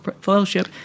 Fellowship